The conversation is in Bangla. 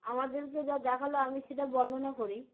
আমাদেরকে যা দেখালো আমি সেটা বর্ণনা করি